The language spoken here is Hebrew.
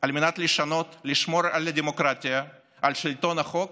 על מנת לשמור על הדמוקרטיה, על שלטון החוק